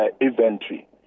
inventory